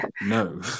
No